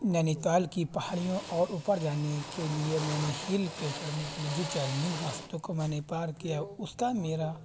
نینیتال کی پہاڑیوں اور اوپر جانے کے لیے میں نے ہیل پہ چڑھنے کے لیے جو چیلنجنگ راستوں کو میں نے پار کیا اس کا میرا